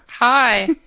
Hi